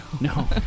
No